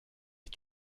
est